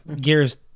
gears